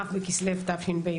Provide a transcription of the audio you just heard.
כ' בכסלו התשפ"ב,